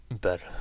Better